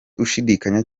ushidikanya